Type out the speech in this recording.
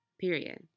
Period